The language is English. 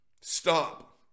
stop